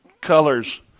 colors